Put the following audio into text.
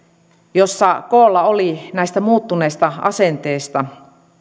jossa koolla oli näistä muuttuneista asenteista